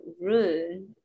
room